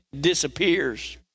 disappears